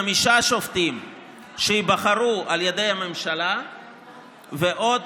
חמישה שופטים שייבחרו על ידי הממשלה ועוד